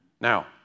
Now